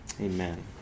amen